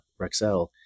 Rexel